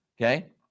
Okay